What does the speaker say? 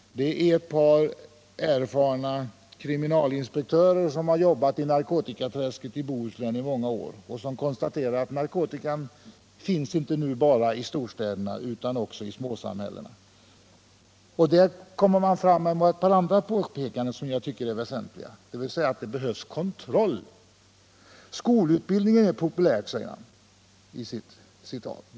Det är ett par erfarna kriminalinspektörer som har jobbat i narkotikaträsket i Bohuslän under många år som konstaterar att narkotikan nu finns inte bara i storstäderna utan också i småsamhällena. I artikeln görs ett påpekande som jag tycker är väsentligt, nämligen att det behövs kontroll. ”Skolutbildning är populärt.